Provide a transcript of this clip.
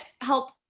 help